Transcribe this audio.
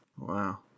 Wow